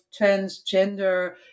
transgender